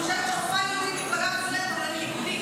שמי שצריך לשריין אותך זה הבוס שלך,